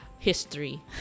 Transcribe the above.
History